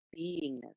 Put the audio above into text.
beingness